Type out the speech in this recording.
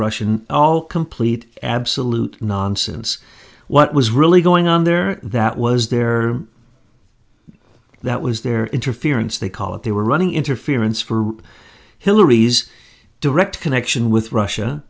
russian all complete absolute nonsense what was really going on there that was there that was their interference they call it they were running interference for hillary's direct connection with russia